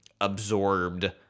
absorbed